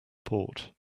port